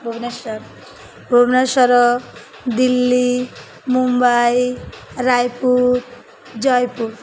Bhubaneswar Bhubaneswar Delhi Mumbai Raipur Jaipur